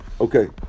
Okay